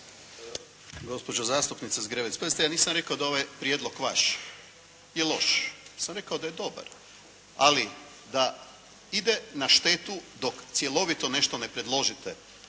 Gospođo zastupnice Zgrebec, pazite ja nisam rekao da je ovaj prijedlog vaš je loš. Ja sam rekao da je dobar, ali da ide na štetu dok cjelovito nešto ne predložite,